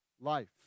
life